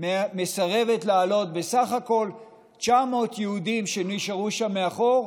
מסרבת להעלות בסך הכול 9,000 יהודים שנשארו שם מאחור,